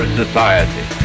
society